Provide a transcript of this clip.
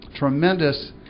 tremendous